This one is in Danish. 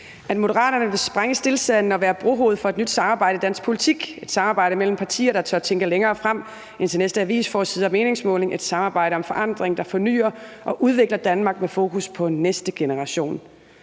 at Moderaterne vil sprænge stilstanden og være brohoved for et nyt samarbejde i dansk politik, et samarbejde mellem partier, der tør tænke længere frem end til næste avisforside og meningsmåling, et samarbejde om forandring, der fornyer og udvikler Danmark med fokus på næste generation.